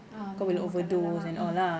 ah boleh makan dalam ah mm